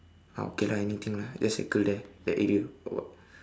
ah okay lah anything lah just circle there that area